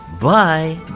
Bye